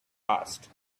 asked